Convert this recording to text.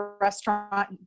restaurant